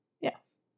Yes